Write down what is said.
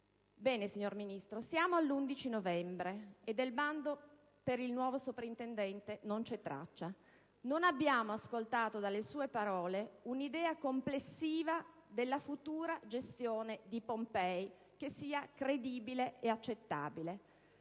Bene, signor Ministro, stiamo all'11 novembre e del bando per il nuovo soprintendente non c'è traccia. Non abbiamo ascoltato dalle sue parole un'idea complessiva della futura gestione di Pompei che sia credibile e accettabile.